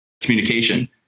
communication